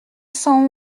cent